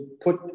put